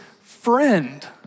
friend